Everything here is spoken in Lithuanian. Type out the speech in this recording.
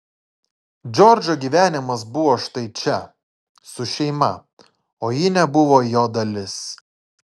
džordžo gyvenimas buvo štai čia su šeima o ji nebuvo jo dalis